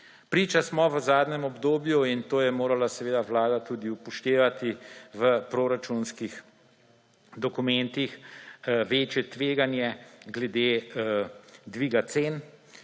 Priča smo v zadnjem obdobju – in to je morala seveda Vlada tudi upoštevati v proračunskih dokumentih – večjemu tveganju glede dviga cen,